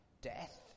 death